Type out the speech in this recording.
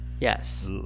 Yes